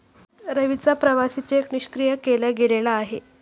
रवीचा प्रवासी चेक निष्क्रिय केला गेलेला आहे